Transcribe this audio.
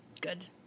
Good